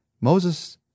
Moses